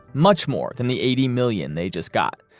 much more than the eighty million they just got,